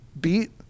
beat